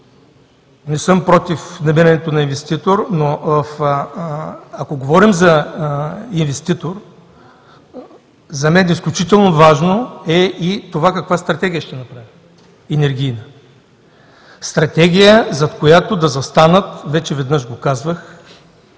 Не съм против намирането на инвеститор, но ако говорим за инвеститор, за мен изключително важно е и това каква стратегия ще направим, енергийна. Стратегия, зад която да застанат, вече веднъж го казвах